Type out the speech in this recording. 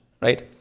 Right